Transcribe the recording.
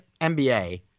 NBA